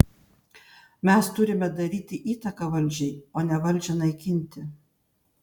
mes turime daryti įtaką valdžiai o ne valdžią naikinti